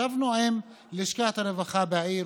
ישבנו עם לשכת הרווחה בעיר,